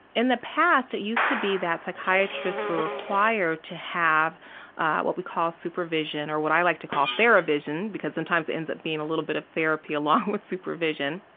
in the past, it used to be that psychiatrists were required to have what we call supervision or what i like to call theravision because sometimes it ends up being a little bit of therapy along with supervision.